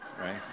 Right